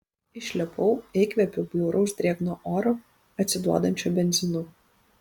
išlipau įkvėpiau bjauraus drėgno oro atsiduodančio benzinu